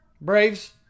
Braves